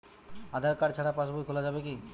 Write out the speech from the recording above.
আধার card ছাড়া পাশবই খোলা যাবে কি?